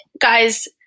guys